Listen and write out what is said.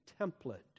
template